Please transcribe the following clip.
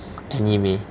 anime